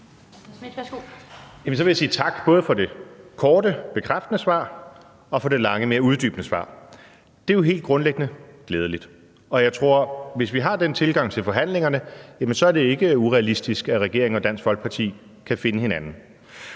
Så vil jeg sige tak, både for det korte bekræftende svar og for det lange og mere uddybende svar. Det er jo helt grundlæggende glædeligt. Og jeg tror, at hvis vi har den tilgang til forhandlingerne, er det ikke urealistisk, at regeringen og Dansk Folkeparti kan finde hinanden.